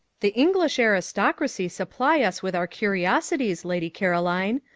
the english aristocracy supply us with our curiosities, lady caroline.